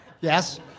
Yes